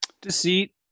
Deceit